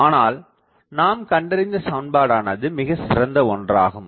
ஆனால் நாம் கண்டறிந்த சமண்பாடானது மிகசிறந்த ஒன்றாகும்